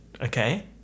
okay